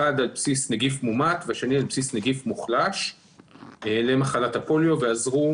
אחד על בסיס נגיף מומת והשני על בסיס נגיף מוחלש למחלת הפוליו ועזרו